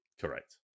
Correct